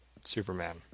Superman